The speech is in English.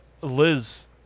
Liz